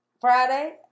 Friday